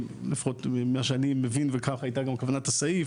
לפחות ממה שאני מבין וזו הייתה גם כוונת הסעיף.